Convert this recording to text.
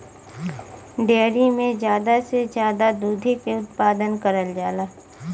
dairy में जादा से जादा दुधे के उत्पादन करल जाला